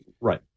right